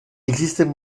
existen